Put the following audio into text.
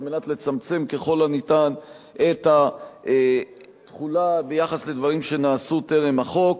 על מנת לצמצם ככל הניתן את התחולה ביחס לדברים שנעשו טרם החוק,